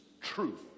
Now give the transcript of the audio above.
truth